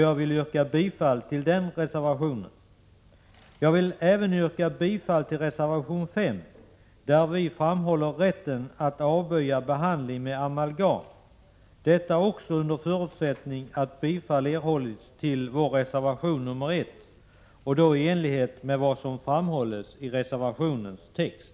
Jag yrkar även bifall till reservation 5, där vi framhåller rätten att välja behandling med amalgam. Detta under förutsättning att bifall erhållits på vår reservation nr 1 i enlighet med vad som framhållits i reservationens text.